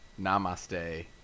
namaste